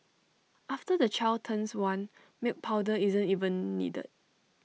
after the child turns one milk powder isn't even needed